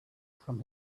from